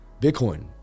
bitcoin